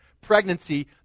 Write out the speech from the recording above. pregnancy